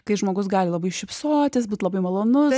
kai žmogus gali labai šypsotis būt labai malonus